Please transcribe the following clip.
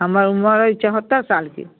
हमर उमर अछि चौहत्तर साल